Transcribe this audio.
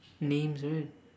names